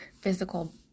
physical